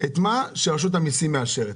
את מה שרשות המיסים מאשרת.